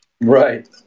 Right